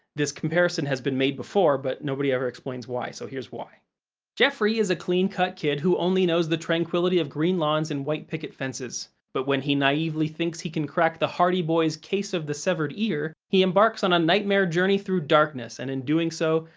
this comparison has been made before, but nobody ever explains why, so here's why jeffrey is a clean-cut kid who only knows the tranquility of green lawns and white picket fences, but when he naively thinks he can crack the hardy boys' case of the severed ear, he embarks on a nightmare journey through darkness, and in doing so,